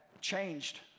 changed